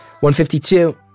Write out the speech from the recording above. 152